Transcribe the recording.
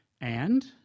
And